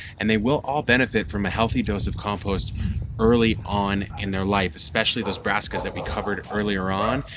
and they will all benefit from a healthy dose of compost early on in their life, especially those brassicas that we covered earlier on.